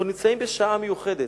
אנחנו נמצאים בשעה מיוחדת.